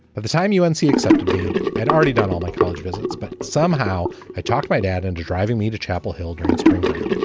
at the time, u. n. c accepted me. i'd already done all my college visits, but somehow i talked my dad into driving me to chapel hill during spring break.